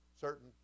certain